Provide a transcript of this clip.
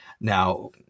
Now